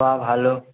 বাহ ভালো